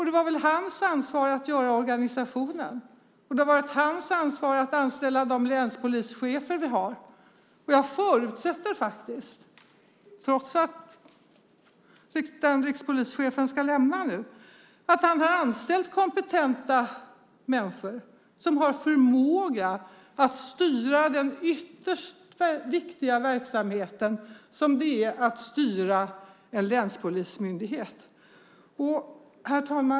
Det var väl hans ansvar att ha hand om organisationen, och det har varit hans ansvar att anställa de länspolischefer vi har. Jag förutsätter faktiskt, trots att rikspolischefen ska lämna sin post nu, att han har anställt kompetenta människor som har förmåga att styra den ytterst viktiga verksamhet som det är att styra en länspolismyndighet. Herr talman!